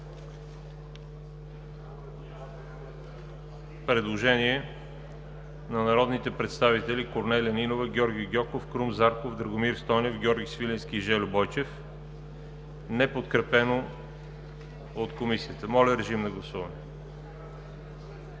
предложение на народните представители Корнелия Нинова, Георги Гьоков, Крум Зарков, Драгомир Стойнев, Георги Свиленски и Жельо Бойчев, неподкрепено от Комисията. Гласували